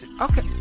Okay